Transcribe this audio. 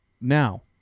Now